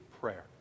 prayer